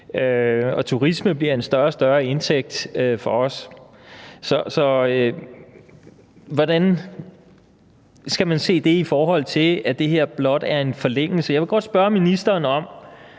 og turisme bliver en større og større indtægtskilde for os. Så hvordan skal man se det i forhold til, at det her blot er en udsættelse? Jeg vil godt spørge ministeren om,